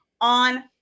on